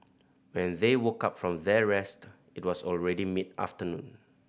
when they woke up from their rest it was already mid afternoon